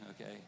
okay